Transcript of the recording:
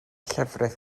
llefrith